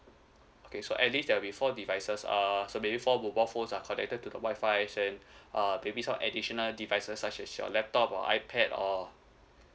okay so at least there'll be four devices uh so maybe four mobile phones are connected to the wifi and uh maybe some additional devices such as your laptop or ipad or